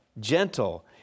gentle